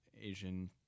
Asian